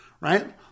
right